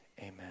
amen